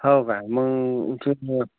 हो काय मग थू